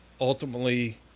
ultimately